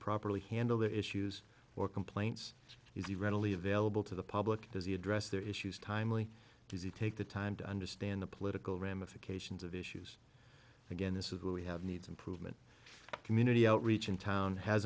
properly handle the issues or complaints it is readily available to the public does he address their issues timely does he take the time to understand the political ramifications of issues again this is where we have needs improvement community outreach in town has